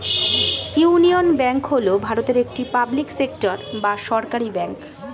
union Bank হল ভারতের একটি পাবলিক সেক্টর বা সরকারি ব্যাঙ্ক